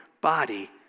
body